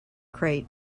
crate